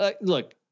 Look